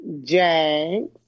Jags